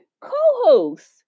co-host